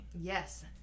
yes